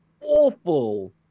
Awful